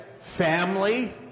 family